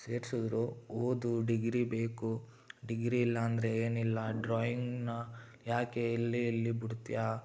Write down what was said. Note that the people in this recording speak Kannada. ಸೇರಿಸಿದ್ರು ಓದು ಡಿಗಿರಿ ಬೇಕು ಡಿಗಿರಿ ಇಲ್ಲ ಅಂದ್ರೆ ಏನಿಲ್ಲ ಡ್ರಾಯಿಂಗ್ನಾ ಯಾಕೆ ಎಲ್ಲಿ ಎಲ್ಲಿ ಬಿಡ್ತೀಯಾ